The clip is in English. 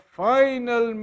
final